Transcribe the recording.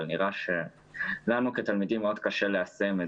אבל נראה שלנו כתלמידים מאוד קשה ליישם את